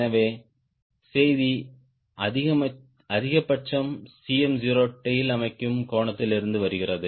எனவே செய்தி அதிகபட்சம் Cm0 டேய்ல் அமைக்கும் கோணத்திலிருந்து வருகிறது